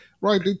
Right